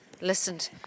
listened